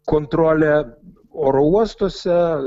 kontrolė oro uostuose